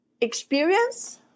Experience